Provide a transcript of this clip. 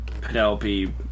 Penelope